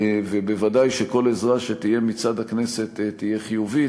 ובוודאי שכל עזרה מצד הכנסת תהיה חיובית.